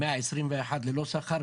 ה-121 ללא שכר,